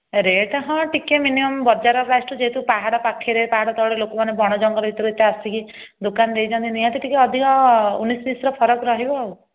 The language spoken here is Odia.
ରେଟ୍ ହଁ ଟିକେ ମିନିମମ୍ ବଜାର ପ୍ରାଇସ୍ ଠୁ ଯେହେତୁ ପାହାଡ଼ ପାଖେରେ ପାହଡ଼ ତଳେ ଲୋକମାନେ ବଣ ଜଙ୍ଗଲ ଭିତରେ ଏତେ ଆସିକି ଦୋକାନ୍ ଦେଇଛନ୍ତି ନିହାତି ଟିକେ ଅଧିକ ଉନିଶ୍ ବିଶ୍ ର ଫରକ୍ ରହିବ ଆଉ